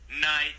night